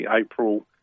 April